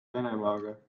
venemaaga